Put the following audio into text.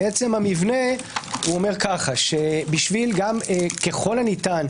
בעצם המבנה הוא אומר שככל הניתן,